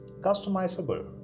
customizable